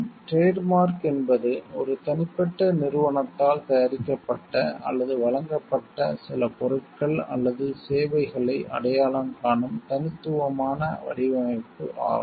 trade mark என்பது ஒரு தனிப்பட்ட நிறுவனத்தால் தயாரிக்கப்பட்ட அல்லது வழங்கப்பட்ட சில பொருட்கள் அல்லது சேவைகளை அடையாளம் காணும் தனித்துவமான வடிவமைப்பு ஆகும்